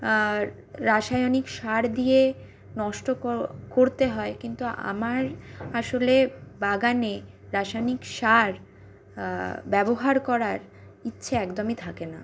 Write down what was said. আর রাসায়নিক সার দিয়ে নষ্ট করতে হয় কিন্তু আমার আসলে বাগানে রাসায়নিক সার ব্যবহার করার ইচ্ছে একদমই থাকে না